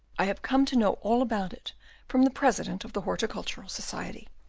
i have come to know all about it from the president of the horticultural society.